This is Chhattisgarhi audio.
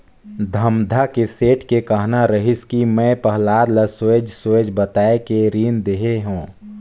धमधा के सेठ के कहना रहिस कि मैं पहलाद ल सोएझ सोएझ बताये के रीन देहे हो